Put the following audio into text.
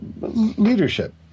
leadership